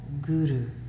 Guru